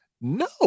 No